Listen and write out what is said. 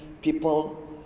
People